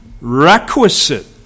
requisite